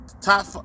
top